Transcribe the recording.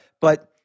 but-